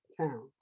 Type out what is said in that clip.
Town